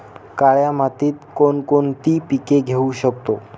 काळ्या मातीत कोणकोणती पिके घेऊ शकतो?